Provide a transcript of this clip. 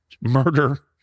murder